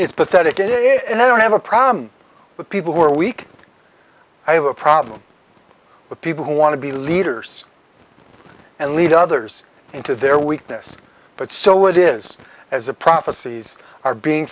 it's pathetic in a and i don't have a problem with people who are weak i have a problem with people who want to be leaders and lead others into their weakness but so what is as a prophecies are being